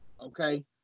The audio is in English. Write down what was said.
Okay